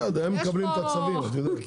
בסדר, הם מקבלים את הצבים, את יודעת.